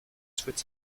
souhaite